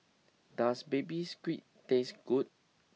does Baby Squid taste good